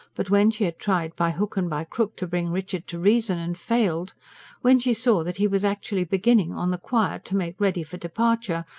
but when she had tried by hook and by crook to bring richard to reason, and failed when she saw that he was actually beginning, on the quiet, to make ready for departure,